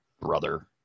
brother